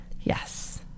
Yes